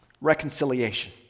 reconciliation